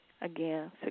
Again